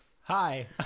Hi